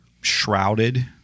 shrouded